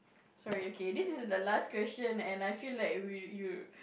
sorry okay this is the last question and I feel like we you